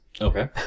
Okay